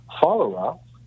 follow-up